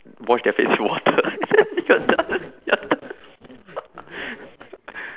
wash their face with water and then they're done